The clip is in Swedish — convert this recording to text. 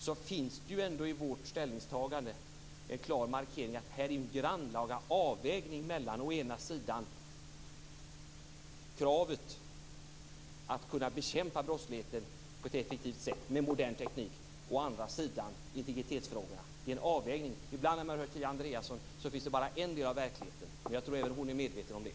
Det finns ju ändå i vårt ställningstagande en klar markering av att det här är en grannlaga avvägning mellan å ena sidan kravet att kunna bekämpa brottslighet på ett effektivt sätt med modern teknik, å andra sidan integritetsfrågorna. Ibland när man hör Kia Andreasson finns det bara en del verkligheten. Jag tror att även hon är medveten om det.